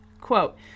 quote